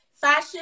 fashion